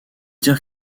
dire